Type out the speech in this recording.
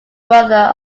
brother